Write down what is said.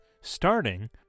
starting